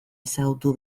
ezagutu